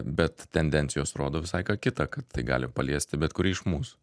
bet tendencijos rodo visai ką kita kad tai gali paliesti bet kurį iš mūs